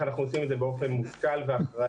אנחנו עושים את זה באופן מושכל ואחראי.